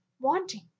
wanting